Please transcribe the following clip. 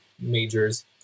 majors